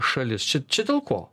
šalis čia čia dėl ko